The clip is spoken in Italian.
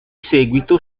seguito